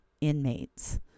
inmates